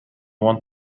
want